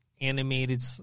animated